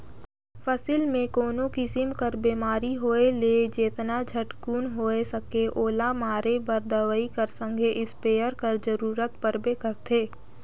फसिल मे कोनो किसिम कर बेमारी होए ले जेतना झटकुन होए सके ओला मारे बर दवई कर संघे इस्पेयर कर जरूरत परबे करथे